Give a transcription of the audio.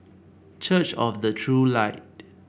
Church of the True Light